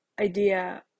idea